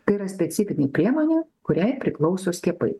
tai yra specifinė priemonė kuriai priklauso skiepai